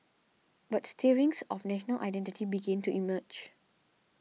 but stirrings of national identity began to emerge